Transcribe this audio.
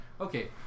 okay